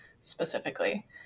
specifically